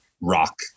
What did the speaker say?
rock